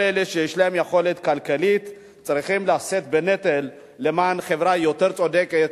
כל אלה שיש להם יכולת כלכלית צריכים לשאת בנטל למען חברה יותר צודקת,